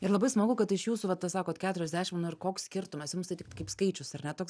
ir labai smagu kad iš jūsų vat tą sakot keturiasdešim ir koks skirtumas jums tai tik kaip skaičius ar ne toks